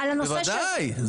בוודאי.